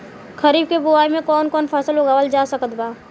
खरीब के बोआई मे कौन कौन फसल उगावाल जा सकत बा?